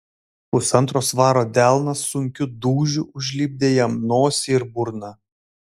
pusantro svaro delnas sunkiu dūžiu užlipdė jam nosį ir burną